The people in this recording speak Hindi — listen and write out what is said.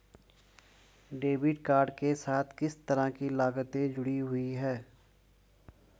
डेबिट कार्ड के साथ किस तरह की लागतें जुड़ी हुई हैं?